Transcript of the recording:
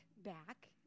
back